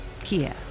Kia